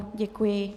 Děkuji.